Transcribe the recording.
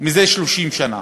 מזה 30 שנה